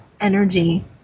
energy